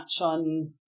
on